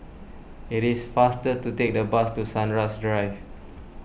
It is faster to take the bus to Sunrise Drive